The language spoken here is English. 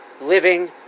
living